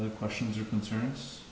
the questions your concerns